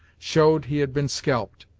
showed he had been scalped,